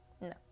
No